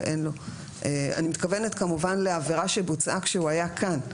אני מתכוונת כמובן לעבירה שבוצעה כשהוא היה כאן,